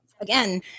again